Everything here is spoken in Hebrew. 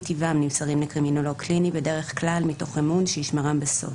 טיבם נמסרים לקרימינולוג קליני בדרך כלל מתוך אמון שישמרם בסוד,